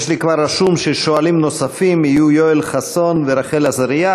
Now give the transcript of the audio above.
רשום לי כבר ששואלים נוספים יהיו יואל חסון ורחל עזריה,